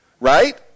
right